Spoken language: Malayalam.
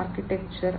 ആർക്കിടെക്ചർ